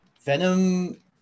Venom